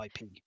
IP